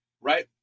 right